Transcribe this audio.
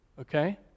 Okay